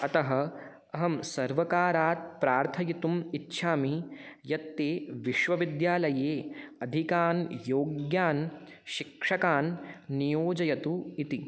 अतः अहं सर्वकारात् प्रार्थयितुम् इच्छामि यत् ते विश्वविद्यालये अधिकान् योग्यान् शिक्षकान् नियोजयतु इति